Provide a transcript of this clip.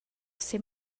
ser